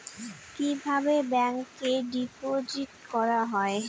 কিভাবে ব্যাংকে ডিপোজিট করা হয়?